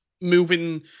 moving